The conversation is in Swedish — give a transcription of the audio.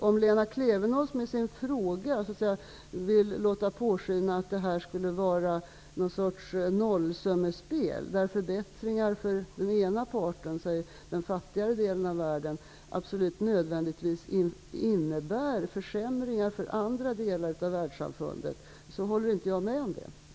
Om Lena Klevenås med sin fråga vill låta påskina att det här skulle vara någon sorts nollsummespel, där förbättringar för den ena parten, säg den fattigare delen av världen, absolut nödvändigtvis innebär försämringar för andra delar av världssamfundet, håller inte jag med om det.